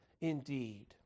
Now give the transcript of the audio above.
indeed